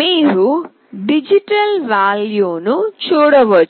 మీరు డిజిటల్ విలువ ను చూడవచ్చు